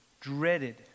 dreaded